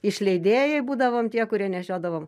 išleidėjai būdavom tie kurie nešiodavo